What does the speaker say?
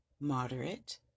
Moderate